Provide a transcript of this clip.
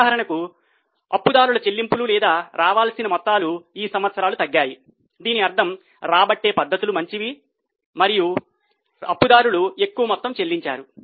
ఉదాహరణకు అప్పు దారుల చెల్లింపులు లేదా రావాల్సిన మొత్తాలు ఈ సంవత్సరం తగ్గాయి దీని అర్థం రాబట్టే పద్ధతులు మంచివి మరియు అప్పు దారులు ఎక్కువ మొత్తము చెల్లించారు